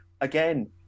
again